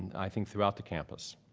i think, throughout the campus.